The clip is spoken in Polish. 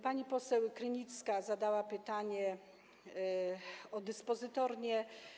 Pani poseł Krynicka zadała pytanie o dyspozytornie.